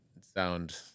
sound